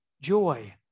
joy